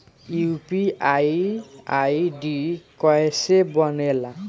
UPI ID कैसे बनेला?